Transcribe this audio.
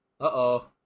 Uh-oh